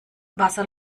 wasser